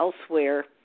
elsewhere